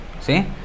see